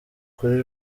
kuri